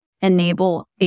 enable